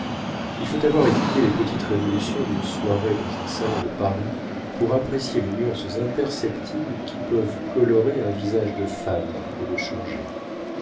il faut avoir étudié les petites révolutions d'une soirée dans un salon de paris pour apprécier les nuances imperceptibles qui peuvent colorer un visage de femme et le changer